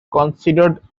considered